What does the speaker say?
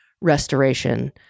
restoration